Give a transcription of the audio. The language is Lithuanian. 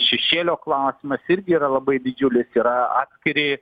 šešėlio klausimas irgi yra labai didžiulis yra atskiri